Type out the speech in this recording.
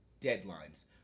deadlines